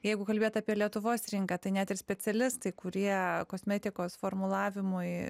jeigu kalbėt apie lietuvos rinką tai net ir specialistai kurie kosmetikos formulavimui